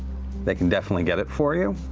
they can definitely get it for you,